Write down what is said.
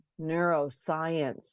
neuroscience